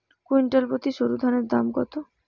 Quintal প্রতি সরুধানের দাম কত?